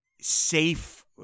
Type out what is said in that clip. safe